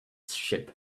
ship